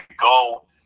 go